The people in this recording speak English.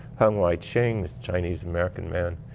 unlike ching, chinese american man,